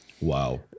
Wow